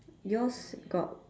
yours got